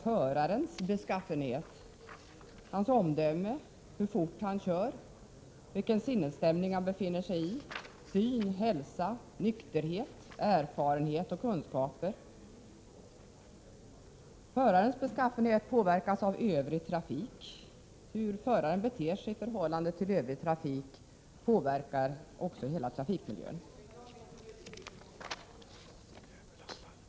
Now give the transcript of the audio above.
Förarens ”beskaffenhet”, dvs. hans omdöme, hur fort han kör, vilken sinnesstämning han befinner sig i, syn, hälsa, nykterhet, erfarenhet och kunskaper samt hans beteende i förhållande till övrig trafik — något som påverkar hela trafikmiljön.